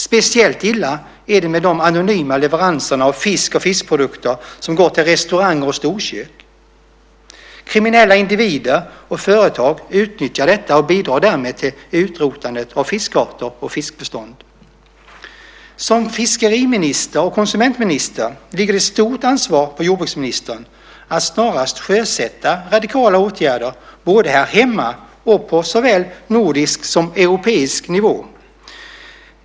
Speciellt illa är det med de anonyma leveranserna av fisk och fiskprodukter som går till restauranger och storkök. Kriminella individer och företag utnyttjar detta och bidrar därmed till utrotandet av fiskarter och fiskbestånd. Som fiskeriminister och konsumentminister ligger det ett stort ansvar på jordbruksministern att snarast sjösätta radikala åtgärder både här hemma och på nordisk och europeisk nivå.